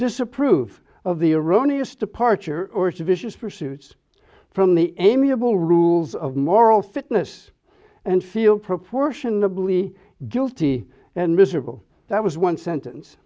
disapprove of the erroneous departure or to vicious pursuits from the enviable rules of moral fitness and feel proportionably guilty and miserable that was one sentence